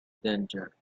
danger